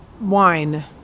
Wine